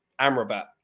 Amrabat